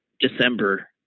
December